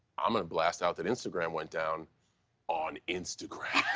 i'm gonna blast out that instagram went down on instagram.